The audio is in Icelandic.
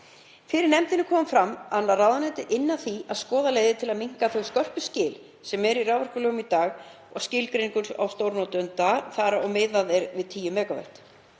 Fyrir nefndinni kom fram að ráðuneytið ynni að því að skoða leiðir til að minnka þau skörpu skil sem eru í raforkulögum í dag í skilgreiningu á stórnotanda þar sem miðað er við 10 MW.